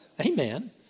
Amen